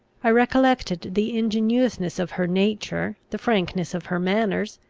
i recollected the ingenuousness of her nature, the frankness of her manners,